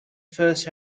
first